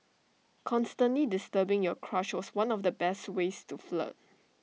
constantly disturbing your crush was one of the best ways to flirt